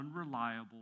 unreliable